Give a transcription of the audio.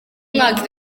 mwaka